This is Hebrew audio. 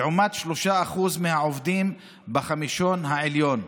לעומת 3% מהעובדים בחמישון העליון.